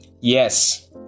Yes